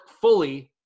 fully